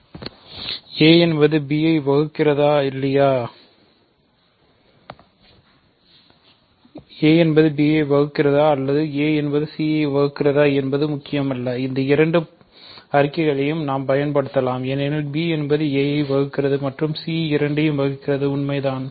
a என்பது b ஐ வகுக்கிறதா அல்லது a என்பது c ஐ வகுக்கிறதா என்பது முக்கியமல்ல இந்த இரண்டு அறிக்கைகளையும் நாம் பயன்படுத்தலாம் ஏனெனில் b என்பது a ஐ வகுக்கிறது மற்றும் c இரண்டையும் வகுக்கிறது உண்மைதான்